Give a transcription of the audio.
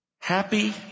Happy